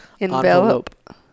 Envelope